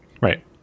Right